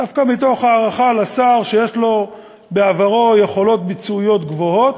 דווקא מתוך הערכה לשר שבעברו הוכיח יכולות ביצועיות גבוהות,